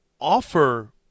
offer